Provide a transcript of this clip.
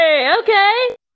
Okay